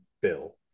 Bill